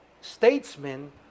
statesmen